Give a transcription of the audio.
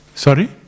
Sorry